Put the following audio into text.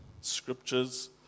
scriptures